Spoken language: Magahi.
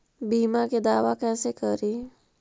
बीमा के दावा कैसे करी?